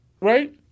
Right